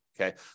Okay